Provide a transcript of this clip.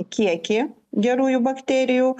kiekį gerųjų bakterijų